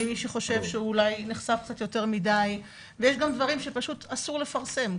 מי שחושב שהוא נחשף יותר מידי ויש גם דברים שפשוט אסור לפרסם,